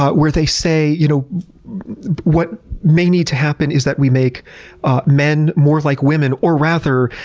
but where they say, you know what may need to happen is that we make men more like women, or rather,